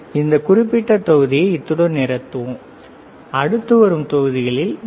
எனவே இந்த குறிப்பிட்ட தொகுதியை இத்துடன் நிறுத்துவோம் அடுத்து வரும் தொகுதிகளில் டி